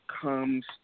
comes